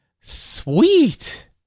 Sweet